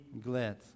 glad